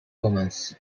commons